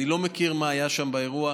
אני לא מכיר מה היה שם באירוע.